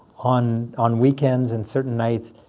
on on weekends and certain nights,